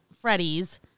Freddy's